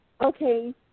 Okay